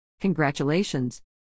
Congratulations